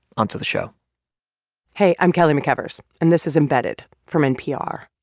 onto the show hey. i'm kelly mcevers, and this is embedded from npr.